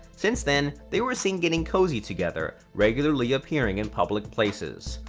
since then, they were seen getting cozy together, regularly appearing in public places.